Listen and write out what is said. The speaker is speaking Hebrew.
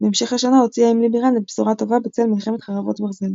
בהמשך השנה הוציאה עם לי בירן את "בשורה טובה" בצל מלחמת חרבות ברזל.